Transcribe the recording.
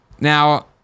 Now